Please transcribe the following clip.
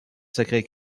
sacré